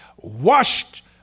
washed